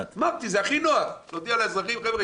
אמרתי שהכי נוח להודיע לאזרחים: חבר'ה,